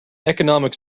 economics